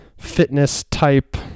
fitness-type